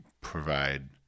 provide